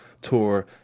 tour